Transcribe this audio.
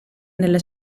nella